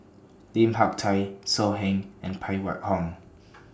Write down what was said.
Lim Hak Tai So Heng and Phan Wait Hong